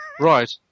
Right